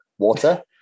Water